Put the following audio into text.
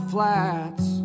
flats